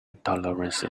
intolerance